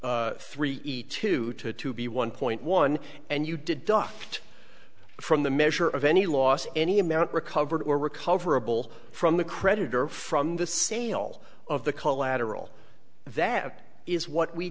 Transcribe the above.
three each to two to be one point one and you did duff from the measure of any loss any amount recovered or recoverable from the creditor from the sale of the collateral that is what we